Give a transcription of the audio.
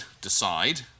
decide